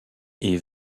est